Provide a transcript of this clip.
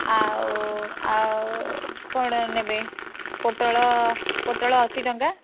ଆଉ ଆଉ କ'ଣ ନେବେ ପୋଟଳ ପୋଟଳ ଅଶୀ ଟଙ୍କା